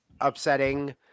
upsetting